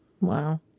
Wow